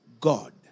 God